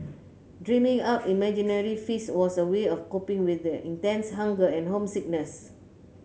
dreaming up imaginary feasts was a way of coping with the intense hunger and homesickness